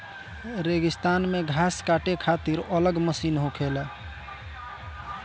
रेगिस्तान मे घास काटे खातिर अलग मशीन होखेला